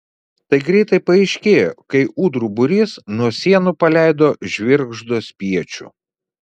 tai greitai paaiškėjo kai ūdrų būrys nuo sienų paleido žvirgždo spiečių